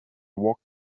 walked